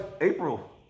April